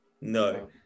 no